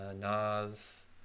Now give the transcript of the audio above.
Nas